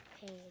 page